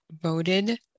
voted